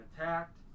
attacked